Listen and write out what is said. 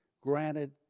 granted